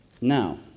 Now